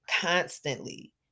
constantly